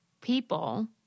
people